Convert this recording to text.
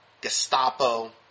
Gestapo